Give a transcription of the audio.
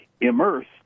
Immersed